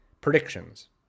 predictions